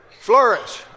Flourish